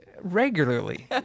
regularly